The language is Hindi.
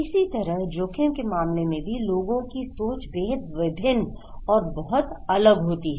इसी तरह जोखिम के मामले में भी लोगों की सोच बेहद विभिन्न और बहुत अलग होती है